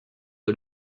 est